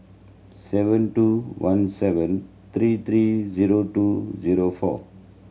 seven two one seven three three zero two zero four